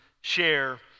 share